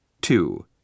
Two